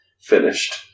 finished